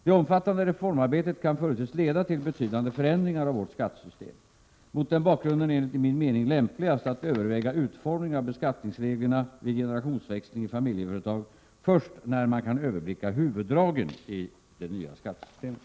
Det omfattande reformarbetet kan förutses leda till betydande förändringar av vårt skattesystem. Mot den bakgrunden är det enligt min mening lämpligast att överväga utformningen av beskattningsreglerna vid generationsväxling i familjeföretag först när man kan överblicka huvuddragen i det nya skattesystemet.